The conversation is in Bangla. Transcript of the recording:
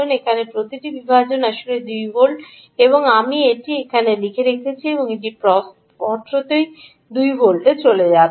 এখানে প্রতিটি বিভাজন আসলে 2 ভোল্ট আমি এটি এখানে লিখে রেখেছি এবং এটি স্পষ্টতই 2 ভোল্টে চলে যাচ্ছে